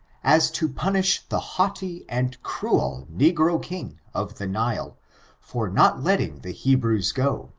as to punish the haughty and cruel negro king of the nile for not letting the hebrews go,